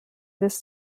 this